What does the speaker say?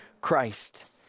Christ